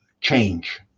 change